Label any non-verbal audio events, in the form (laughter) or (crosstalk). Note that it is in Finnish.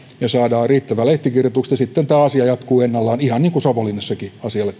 ja saadaan riittävät lehtikirjoitukset ja sitten tämä asia jatkuu ennallaan ihan niin kuin savonlinnassakin asialle (unintelligible)